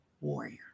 warrior